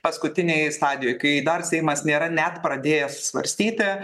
paskutinėj stadijoj kai dar seimas nėra net pradėjęs svarstyti